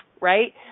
right